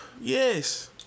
Yes